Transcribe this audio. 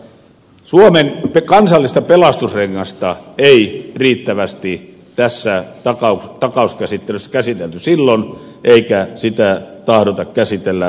suomen kansallista pelastusrengasta ei riittävästi tässä takauskäsittelyssä käsitelty silloin eikä sitä tahdota käsitellä vieläkään